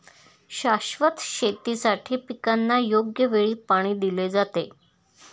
शाश्वत शेतीसाठी पिकांना योग्य वेळी पाणी दिले जाते